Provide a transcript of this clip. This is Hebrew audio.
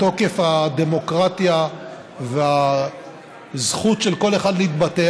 בתוקף הדמוקרטיה והזכות של כל אחד להתבטא,